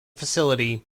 facility